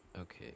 okay